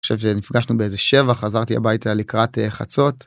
אני חושב שנפגשנו באיזה שבע, חזרתי הביתה לקראת חצות.